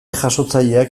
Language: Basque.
jasotzaileak